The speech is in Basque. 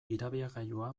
irabiagailua